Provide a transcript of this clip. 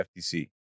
FTC